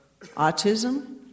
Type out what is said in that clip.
autism